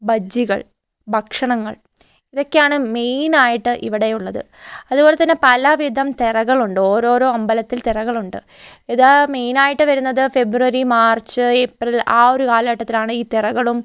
ബജ്ജികൾ ഭക്ഷണങ്ങൾ ഇതൊക്കെയാണ് മെയിൻ ആയിട്ട് ഇവിടെ ഉള്ളത് അതുപോലെതന്നെ പലവിധം തിറകളുണ്ട് ഓരോ അമ്പലത്തിൽ തിറകളുണ്ട് ഇത് മെയിനായിട്ട് വരുന്നത് ഫെബ്രുവരി മാർച്ച് ഏപ്രിൽ ആ ഒരു കാലഘട്ടത്തിലാണ് ഈ തിറകളും